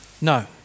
No